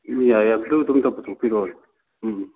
ꯌꯥꯏ ꯌꯥꯏ ꯕ꯭ꯂꯨꯗꯨ ꯑꯝꯇ ꯄꯨꯊꯣꯛꯄꯤꯔꯛꯑꯣ ꯎꯝ